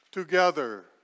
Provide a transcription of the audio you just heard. Together